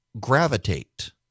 gravitate